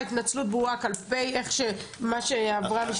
התנצלות ברורה כלפי מה שעברה משפחת כדורי.